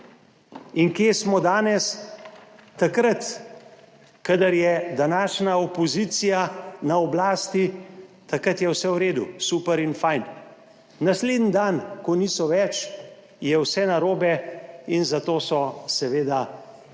In kje smo danes? Takrat, kadar je današnja opozicija na oblasti, takrat je vse v redu, super in fajn, naslednji dan, ko niso več, je vse narobe, in zato so seveda krivi